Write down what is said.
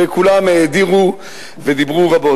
וכולם האדירו ודיברו רבות.